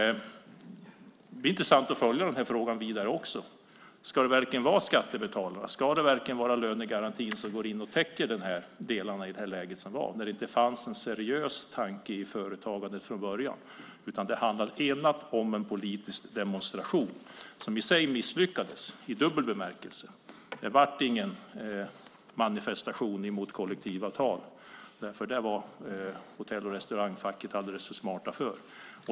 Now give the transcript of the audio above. Det är intressant att följa den här frågan vidare. Ska det verkligen vara skattebetalarna och lönegarantin som går in och täcker i detta läge? Det fanns inte en seriös tanke i företagandet från början. Det handlade enbart om en politisk demonstration som i sig misslyckades i dubbel bemärkelse. Det blev ingen manifestation mot kollektivavtalen. Det var Hotell och Restaurang Facket alldeles för smart för.